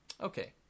Okay